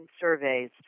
Surveys